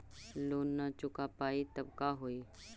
Loan न चुका पाई तब का होई?